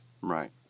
Right